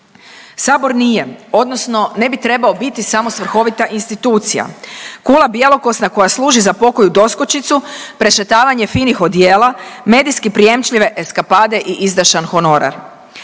Sabor nije odnosno ne bi trebao biti samo svrhovita institucija, kula bjelokosna koja služi za pokoju doskočicu, prešetavanje finih odjela, medijski prijemčljive eskapade i izdašan honorar,